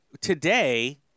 Today